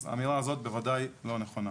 אז האמירה הזאת בוודאי לא נכונה.